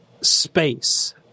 space